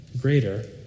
greater